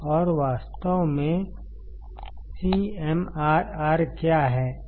और वास्तव में CMRR क्या है